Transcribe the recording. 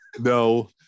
no